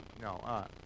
No